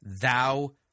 thou